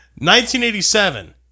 1987